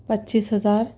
پچیس ہزار